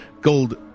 gold